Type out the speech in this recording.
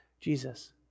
Jesus